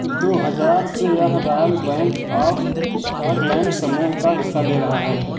दो हजार से यह रॉयल बैंक ऑफ स्टॉकलैंड समूह का हिस्सा ले रहा है